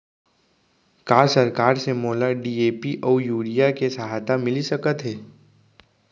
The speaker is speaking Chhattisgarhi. का सरकार से मोला डी.ए.पी अऊ यूरिया के सहायता मिलिस सकत हे?